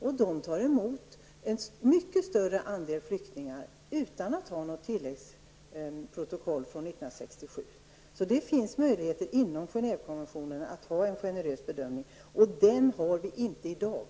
Där tar man emot en mycket större andel flyktingar utan att ha något tilläggsprotokoll från 1967. Det finns möjligheter inom Genèvekonventionens ramar att göra en generös bedömning. Den bedömningen har vi inte i dag.